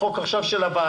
החוק עכשיו הוא של הוועדה.